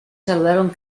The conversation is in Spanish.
saludaron